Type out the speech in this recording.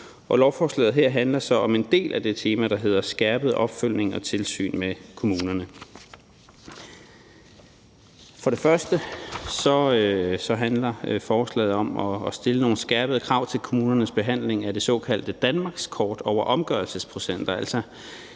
lovforslaget her handler så om en del af det tema, der hedder skærpet opfølgning og tilsyn med kommunerne. For det første handler forslaget om at stille nogle skærpede krav til kommunernes behandling af det såkaldte danmarkskort over omgørelsesprocenter,